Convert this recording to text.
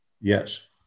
yes